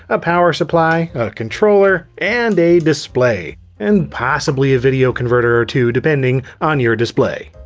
a power supply, a controller, and a display. and possibly a video converter or two, depending on your display.